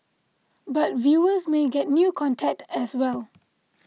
but viewers may get new content as well